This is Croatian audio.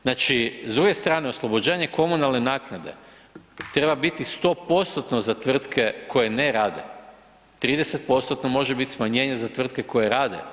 Znači s druge strane, oslobođenje komunalne naknade treba biti 100%-tno za tvrtke koje ne rade, 30%-tno može biti smanjenje za tvrtke koje rade.